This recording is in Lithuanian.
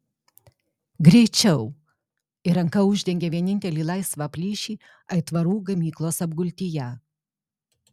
greičiau ir ranka uždengė vienintelį laisvą plyšį aitvarų gamyklos apgultyje